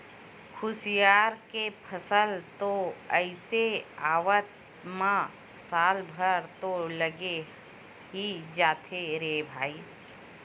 खुसियार के फसल तो अइसे आवत म साल भर तो लगे ही जाथे रे भई